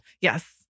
Yes